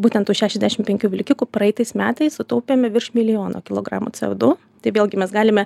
būtent tų šešiasdešim penkių vilkikų praitais metais sutaupėme virš milijono kilogramų c o du tai vėlgi mes galime